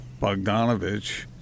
Bogdanovich